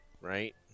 right